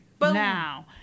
now